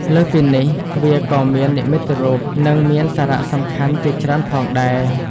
លើសពីនេះវាក៏មាននិមិត្តរូបនិងមានសារៈសំខាន់ជាច្រើនផងដែរ។